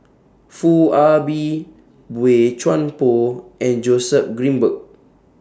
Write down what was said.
Foo Ah Bee Boey Chuan Poh and Joseph Grimberg